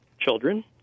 children